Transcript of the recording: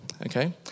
okay